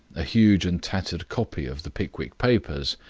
a huge and tattered copy of the pickwick papers,